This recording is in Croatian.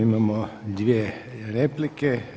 Imamo dvije replike.